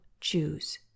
choose